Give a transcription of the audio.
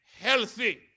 healthy